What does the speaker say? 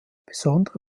besondere